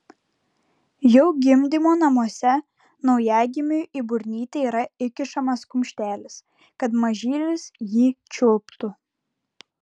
jau gimdymo namuose naujagimiui į burnytę yra įkišamas kumštelis kad mažylis jį čiulptų